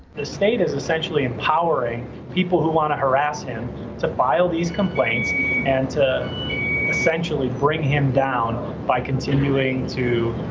the state is essentially empowering people who want to harass him to file these complaints and to essentially bring him down by continuing to